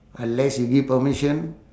unless you give permission